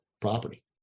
property